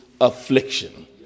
affliction